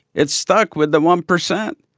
it stuck with the one percent.